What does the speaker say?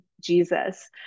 Jesus